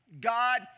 God